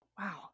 wow